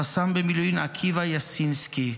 רס"מ במיל' עקיבא יסינקסקי,